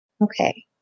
Okay